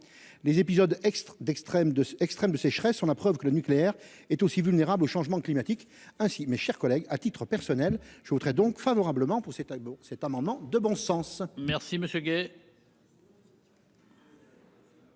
Les épisodes extrêmes de sécheresse sont la preuve que le nucléaire est aussi vulnérable au changement climatique. Ainsi, mes chers collègues, à titre personnel, je voterai en faveur de cet amendement de bon sens. La parole est à M.